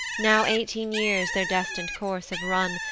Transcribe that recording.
now eighteen years their destin'd course have run,